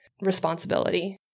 responsibility